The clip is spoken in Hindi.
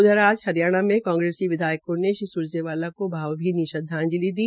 उधर हरियाणा में कांग्रेस विधायकों ने श्री स्रजेवाला का भावभीनी श्रद्वाजंलिदी